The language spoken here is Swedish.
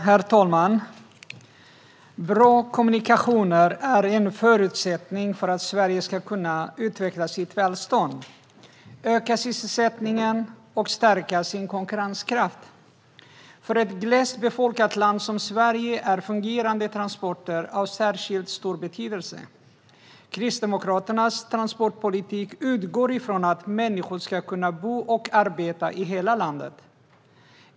Herr talman! Bra kommunikationer är en förutsättning för att Sverige ska kunna utveckla sitt välstånd, öka sysselsättningen och stärka sin konkurrenskraft. För ett glest befolkat land som Sverige är fungerande transporter av särskilt stor betydelse. Kristdemokraternas transportpolitik utgår från att människor ska kunna bo och arbeta i hela landet.